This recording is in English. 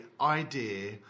idea